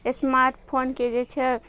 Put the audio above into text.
smart फोनके जे छै